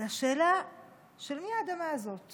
זו השאלה של מי האדמה הזאת